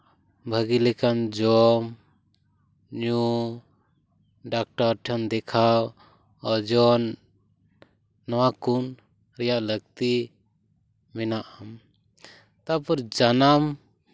ᱵᱷᱟᱹᱜᱤ ᱞᱮᱠᱟᱱ ᱡᱚᱢ ᱧᱩ ᱰᱟᱠᱴᱟᱨ ᱴᱷᱮᱱ ᱫᱮᱠᱷᱟᱣ ᱚᱡᱚᱱ ᱱᱚᱣᱟ ᱠᱩᱱ ᱨᱮᱭᱟᱜ ᱞᱟᱹᱠᱛᱤ ᱢᱮᱱᱟᱜᱼᱟ ᱛᱟᱨᱯᱚᱨ ᱡᱟᱱᱟᱢ